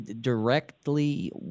directly